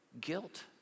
Guilt